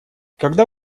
когда